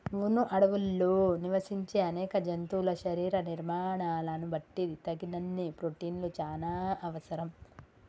వును అడవుల్లో నివసించే అనేక జంతువుల శరీర నిర్మాణాలను బట్టి తగినన్ని ప్రోటిన్లు చానా అవసరం